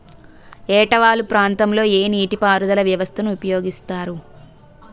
ఏట వాలు ప్రాంతం లొ ఏ నీటిపారుదల వ్యవస్థ ని ఉపయోగిస్తారు?